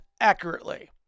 accurately